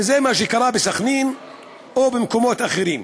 וזה מה שקרה בסח'נין ובמקומות אחרים.